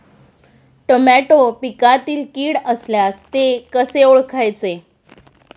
Tomato पिकातील कीड असल्यास ते कसे ओळखायचे?